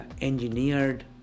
engineered